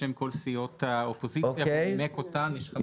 בשם כל סיעות האופוזיציה ונימק אותן.